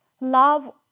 Love